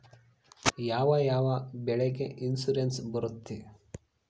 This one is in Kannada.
ಯಾವ ಯಾವ ಬೆಳೆಗೆ ಇನ್ಸುರೆನ್ಸ್ ಬರುತ್ತೆ?